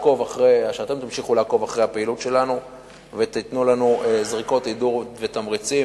שאתם תמשיכו לעקוב אחרי הפעילות שלנו ותיתנו לנו זריקות עידוד ותמריצים.